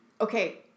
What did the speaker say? okay